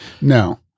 No